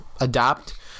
adapt